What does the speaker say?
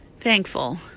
Thankful